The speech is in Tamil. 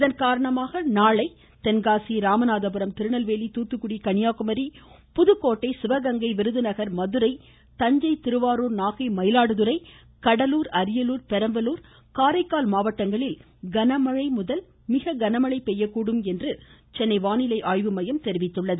இதன் காரணமாக நாளை தென்காசி ராமநாதபுரம் திருநெல்வேலி தூத்துகுடி கன்னியாகுமரி புதுக்கோட்டை சிவகங்கை விருதுநகர் மதுரை தஞ்சை திருவாரூர் நாகை மயிலாடுதுறை கடலூர் அரியலூர் பெரம்பலூர் காரைக்கால் மாவட்டங்களில் கனமழை முதல் மிக கனமழை பெய்யக்கூடும் என்று சென்னை வானிலை ஆய்வு மையம் தெரிவித்துள்ளது